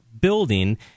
building